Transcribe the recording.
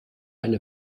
eine